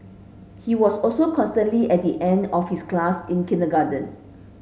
he was also constantly at the end of his class in kindergarten